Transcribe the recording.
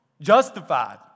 Justified